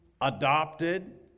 adopted